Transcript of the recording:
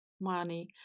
money